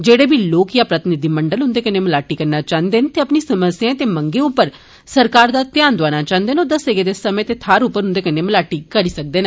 जेड़े बी लोक या प्रतिनिधिमंडल उन्दे कन्नै मलाटी करना चाहन्दे न ते अपनिएं समस्याएं ते मंगै उप्पर सरकार दा ध्यान दोआना चाहन्दे न ओ दस्से गेदे समें ते थाहर उप्पर उन्दे कन्नै मलाटी करी सकदे न